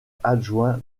adjoint